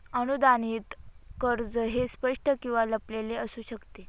अनुदानित कर्ज हे स्पष्ट किंवा लपलेले असू शकते